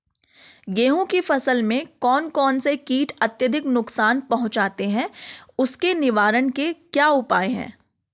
गेहूँ की फसल में कौन कौन से कीट अत्यधिक नुकसान पहुंचाते हैं उसके निवारण के क्या उपाय हैं?